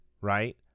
Right